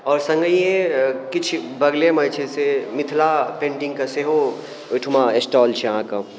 पहिने अहाँके मिथिला पेन्टिङ्गके बढ़िआँ डिमाण्ड रहै लेकिन एखन अहाँके हर प्रत्येक घरमे जतेक भी बहिन माइ बहिनसब जे भी किछु छथिन ओसब आदमी एकर प्रति एते रुचि देखेलखिन हँ जे आब अहाँके हर घरमे